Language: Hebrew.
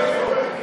להצביע.